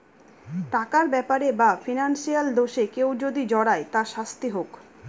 টাকার ব্যাপারে বা ফিনান্সিয়াল দোষে কেউ যদি জড়ায় তার শাস্তি হোক